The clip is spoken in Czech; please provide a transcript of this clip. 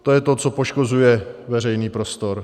To je to, co poškozuje veřejný prostor.